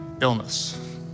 illness